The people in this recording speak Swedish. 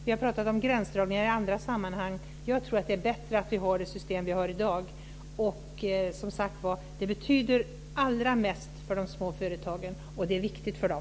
Vi har talat om gränsdragningar i andra sammanhang, och jag tror att det är bättre att vi har det system som vi har i dag. Och det betyder allra mest för de små företagen, och det är viktigt för dem.